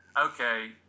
okay